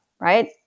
right